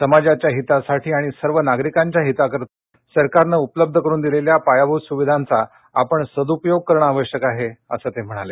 समाजाच्या हितासाठाआणि सर्व नागरिकांच्या हितासाठा सरकारने उपलब्ध करून दिलेल्या पायाभूत सुविधांचा आपण सदूपयोग करणं आवश्यक आहे असं ते म्हणाले